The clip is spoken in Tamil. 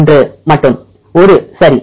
ஒன்று மட்டும் ஒரு சரி